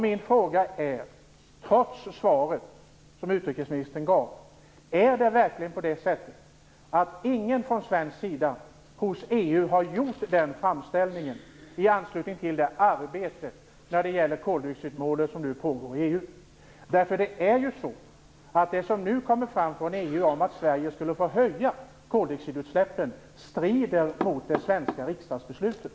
Min fråga är, trots svaret som utrikesministern gav: Är det verkligen så att ingen från svensk sida har gjort en framställan i anslutning till det arbete när det gäller koldioxidmålet som pågår inom EU? Det som nu kommer fram från EU om att Sverige skulle få höja koldioxidutsläppen, strider ju mot det svenska riksdagsbeslutet.